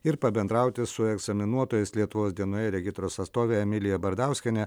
ir pabendrauti su egzaminuotojais lietuvos dienoje regitros atstovė emilija bardauskienė